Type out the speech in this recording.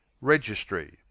registry